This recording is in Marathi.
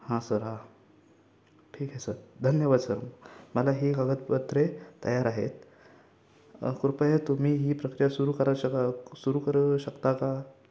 हां सर हां ठीक आहे सर धन्यवाद सर मला ही कागदपत्रे तयार आहेत कृपया तुम्ही ही प्रक्रिया सुरू करा शका सुरू करू शकता का